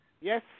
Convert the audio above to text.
Yes